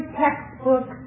textbook